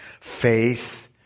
faith